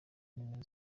nimero